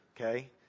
okay